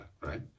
right